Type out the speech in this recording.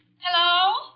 Hello